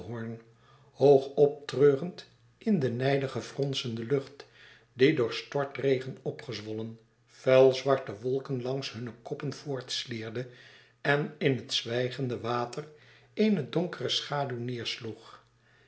hoog optreurend in de nijdig fronsende lucht die door stortregen opgezwollen vuilzwarte wolken langs hunne koppen voortslierde en in het zwijgende water eene donkere schaduw